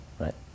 Right